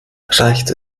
reicht